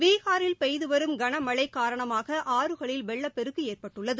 பீகாரில் பெய்துவரும் கனமழைகாரணமாகஆறுகளில் வெள்ளப்பெருக்குஏற்பட்டுள்ளது